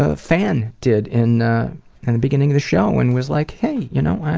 ah fan did in and the beginning of the show and was like, hey, y'know,